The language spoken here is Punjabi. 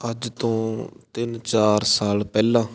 ਅੱਜ ਤੋਂ ਤਿੰਨ ਚਾਰ ਸਾਲ ਪਹਿਲਾਂ